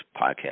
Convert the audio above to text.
podcast